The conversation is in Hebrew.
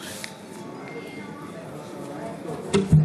המקומיות (תיקון, התאמת תקציב הרווחה),